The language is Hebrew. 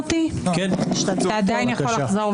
אתה עדיין יכול לחזור בך.